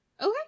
Okay